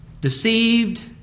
deceived